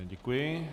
Děkuji.